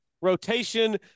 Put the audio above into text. rotation